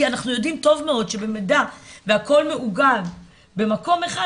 כי אנחנו יודעים טוב מאוד שבמידה והכל מאוגד במקום אחד,